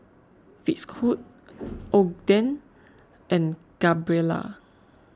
Fitzhugh Ogden and Gabriela